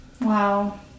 Wow